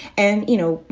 and, you know,